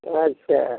अच्छा